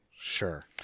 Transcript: Sure